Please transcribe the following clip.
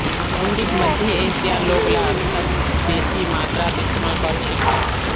हुंडीक मध्य एशियार लोगला सबस बेसी मात्रात इस्तमाल कर छिल की